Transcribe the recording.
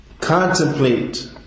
Contemplate